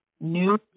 new